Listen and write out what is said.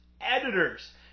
editors